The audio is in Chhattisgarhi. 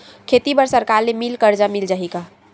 खेती बर सरकार ले मिल कर्जा मिल जाहि का?